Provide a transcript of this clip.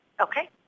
Okay